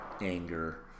anger